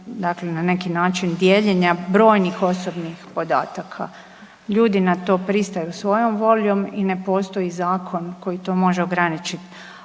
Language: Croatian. dakle na neki način dijeljenja brojnih osobnih podataka. Ljudi na to pristaju svojom voljom i ne postoji zakon koji to može ograničiti.